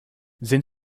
sind